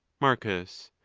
marcus.